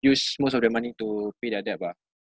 use most of their money to pay their debt ah